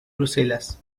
bruselas